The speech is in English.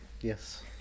Yes